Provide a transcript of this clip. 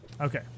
Okay